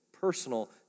personal